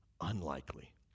unlikely